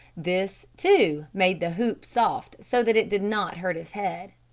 this, too, made the hoop soft so that it did not hurt his head.